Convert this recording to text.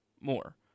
more